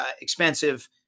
expensive